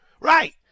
right